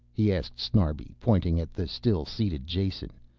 he asked snarbi, pointing at the still seated jason.